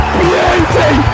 beauty